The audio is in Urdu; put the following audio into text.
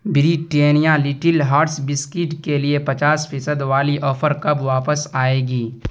بریٹیانیہ لٹل ہاٹس بسکٹ کے لیے پچاس فیصد والی آفر کب واپس آئے گی